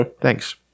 Thanks